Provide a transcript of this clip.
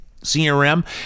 crm